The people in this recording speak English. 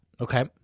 okay